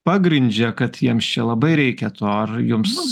pagrindžia kad jiems čia labai reikia to ar jums